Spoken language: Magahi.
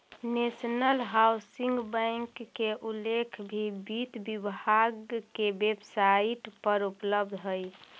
नेशनल हाउसिंग बैंक के उल्लेख भी वित्त विभाग के वेबसाइट पर उपलब्ध हइ